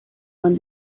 man